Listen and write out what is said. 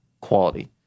quality